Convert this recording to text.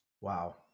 Wow